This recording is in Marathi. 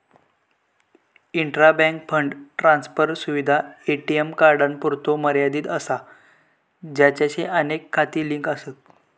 इंट्रा बँक फंड ट्रान्सफर सुविधा ए.टी.एम कार्डांपुरतो मर्यादित असा ज्याचाशी अनेक खाती लिंक आसत